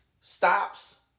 stops